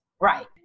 Right